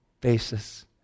basis